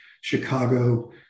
Chicago